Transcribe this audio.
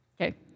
Okay